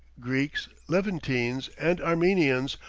greeks, levantines, and armenians,